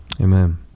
Amen